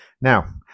now